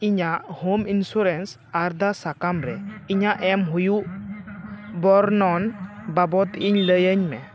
ᱤᱧᱟᱹᱜ home insurance ᱟᱨᱫᱟᱥ ᱥᱟᱠᱟᱢ ᱨᱮ ᱤᱧᱟᱹᱜ ᱮᱢ ᱦᱩᱭᱩᱜ ᱵᱚᱨᱱᱚᱱ ᱵᱟᱵᱚᱫᱽ ᱤᱧ ᱞᱟᱹᱭᱟᱹᱧ ᱢᱮ